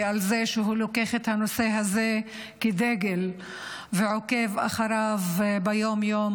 על זה שהוא לוקח את הנושא הזה כדגל ועוקב אחריו ביום-יום.